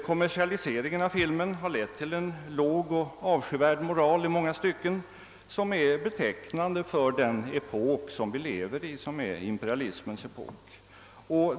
<:Kommersialiseringen av filmen har lett till en låg och avskyvärd moral i många stycken, som är betecknande för den epok som vi lever i och som är imperialismens epok.